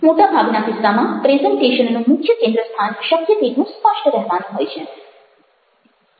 મોટાભાગના કિસ્સામાં પ્રેઝન્ટેશનનું મુખ્ય કેન્દ્રસ્થાન શક્ય તેટલું સ્પષ્ટ રહેવાનું હોય છે